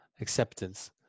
Acceptance